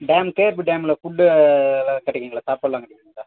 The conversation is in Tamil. டேம் கேஆர்பி டேமில் ஃபுட்டெல்லாம் கிடைக்குங்களா சாப்பாடெல்லாம் கிடைக்குங்களா